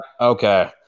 Okay